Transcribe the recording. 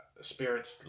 Spirits